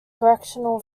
correctional